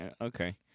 Okay